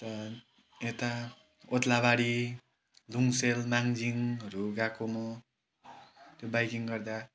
अन्त यता ओदलाबारी लुङसेल माङजिङहरू गएको म त्यो बाइकिङ गर्दा